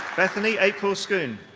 bethany april scoon.